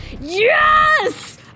yes